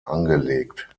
angelegt